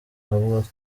avuga